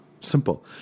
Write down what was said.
Simple